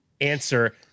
answer